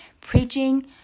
preaching